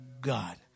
God